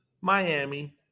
Miami